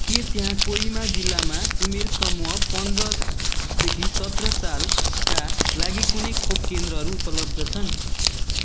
के त्यहाँ कोहिमा जिल्लामा उमेर समूह पन्ध्रदेखि सत्र सालका लागि कुनै खोप केन्द्रहरू उपलब्ध छन्